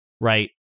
Right